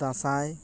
ᱫᱟᱸᱥᱟᱭ